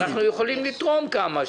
אנחנו יכולים לתרום כמה,